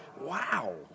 wow